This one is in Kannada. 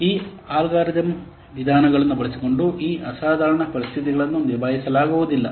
ಈ ಅಲ್ಗಾರಿದಮ್ ವಿಧಾನಗಳನ್ನು ಬಳಸಿಕೊಂಡು ಈ ಅಸಾಧಾರಣ ಪರಿಸ್ಥಿತಿಗಳನ್ನು ನಿಭಾಯಿಸಲಾಗುವುದಿಲ್ಲ